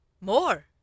More